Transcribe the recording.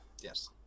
yes